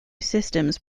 systems